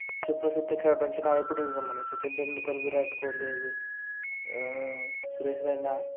सुप्रसिद्ध खेळाडू यांचे नाव आहेत पुढीलप्रमाणे सचिन तेंडुलकर विराट कोहली सुरेश रैना